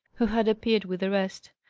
who had appeared with the rest.